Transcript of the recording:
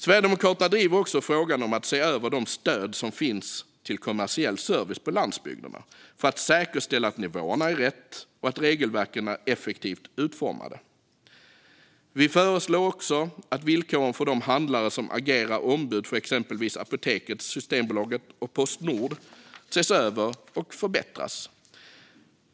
Sverigedemokraterna driver också frågan om att se över de stöd som finns till kommersiell service på landsbygderna för att säkerställa att nivåerna är rätt och att regelverken är effektivt utformade. Vi föreslår att villkoren för de handlare som agerar ombud för exempelvis Apoteket, Systembolaget och Postnord ses över och förbättras.